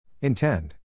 Intend